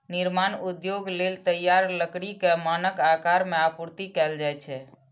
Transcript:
निर्माण उद्योग लेल तैयार लकड़ी कें मानक आकार मे आपूर्ति कैल जाइ छै